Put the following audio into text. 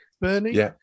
Bernie